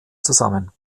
zusammen